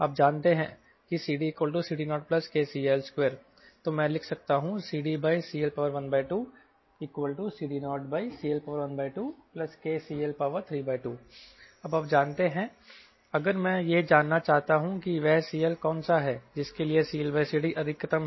आप जानते हैं कि CDCD0kCL2 तो मैं लिख सकता हूं CDCL12CD0CL12KCL32 अब आप जानते हैं अगर मैं यह जानना चाहता हूं कि वह CL कौन सा है जिसके लिए CLCD अधिकतम है